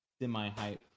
semi-hype